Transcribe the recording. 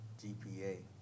GPA